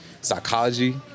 psychology